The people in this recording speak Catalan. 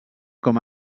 com